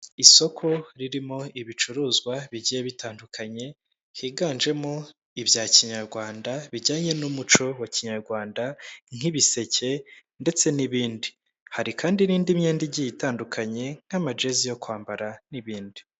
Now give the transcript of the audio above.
Isoko ririmo ibicuruzwa bigiye bitandukanye, higanjemo ibya kinyarwanda bijyanye n'umuco wa kinyarwanda nk'ibiseke ndetse n'ibindi, hari kandi n'indi myenda igiye itandukanye nk'amajezi yo kwambara n'ibindi.